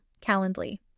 Calendly